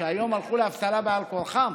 שהיום הלכו לאבטלה בעל כורחם,